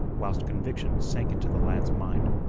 whilst conviction sank into the lad's mind.